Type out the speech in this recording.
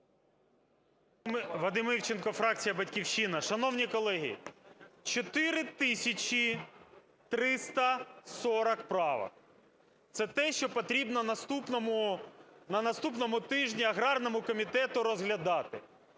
Вадим Івченко, фракція "Батьківщина". Шановні колеги, 4 тисячі 340 правок. Це те, що потрібно на наступному тижні аграрному комітету розглядати.